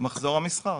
מחזור המסחר.